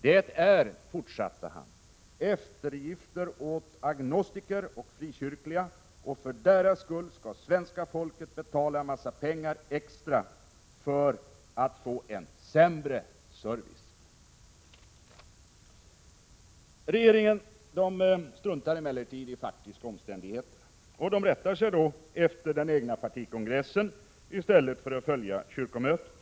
”Det är eftergifter åt agnostiker och frikyrkliga. Och för deras skull ska svenska folket betala en massa pengar extra för att få en sämre service.” Regeringen struntar emellertid i faktiska omständigheter och rättar sig efter den egna partikongressen i stället för att följa kyrkomötet.